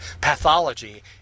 Pathology